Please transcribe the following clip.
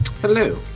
Hello